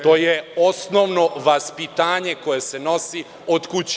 To je osnovno vaspitanje koje se nosi od kuće.